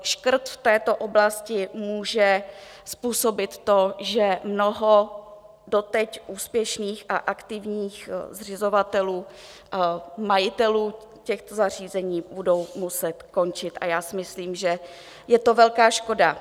Škrt v této oblasti může způsobit to, že mnoho doteď úspěšných a aktivních zřizovatelů, majitelů těch zařízení bude muset skončit, a já si myslím, že je to velká škoda.